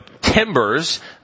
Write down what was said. timbers